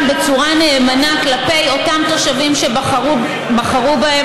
בצורה נאמנה כלפי אותם תושבים שבחרו בהם.